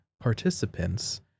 participants